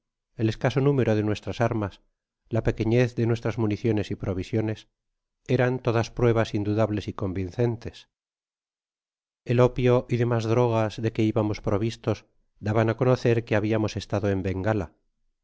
el escaso número de nuestras armas la pequeñez de nuestras municiones y provisiones eran todas pruebas indudables y convincentes el opio y demás drogas de que ibamos provistos daban á conocer que habiamos estado en bengala